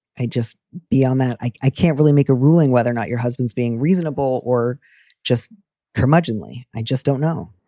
i just beyond that, i i can't really make a ruling whether or not your husband's being reasonable or just curmudgeonly, i just don't know.